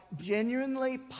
genuinely